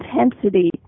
intensity